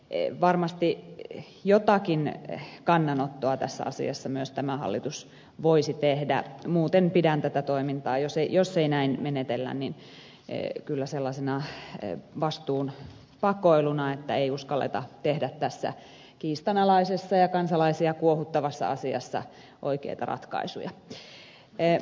varmasti jotakin kannanottoa tässä asiassa myös tämä hallitus voisi tehdä muuten pidän tätä toimintaa jos ei näin menetellä vastuun pakoiluna että ei uskalleta tehdä tässä kiistanalaisessa ja kansalaisia kuohuttavassa asiassa oikeita ratkaisuja